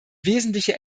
wesentliche